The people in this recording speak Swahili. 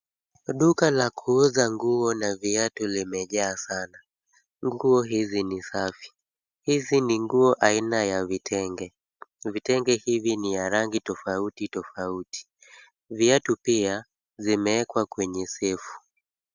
Duka la kuuza nguo na viatu limejaa sana. Nguo hizi ni safi. hizi ni nguo aina ya vitenge. Vitenge hivi ni vya rangi tofauti tofauti. Viatu pia vimewekwa kwenye sefu.